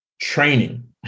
training